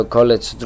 College